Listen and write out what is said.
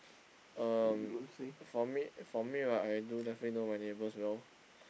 um for me for me right I do definitely know my neighbours well